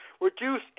reduce